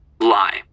Lie